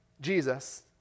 Jesus